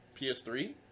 PS3